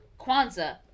Kwanzaa